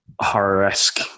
horror-esque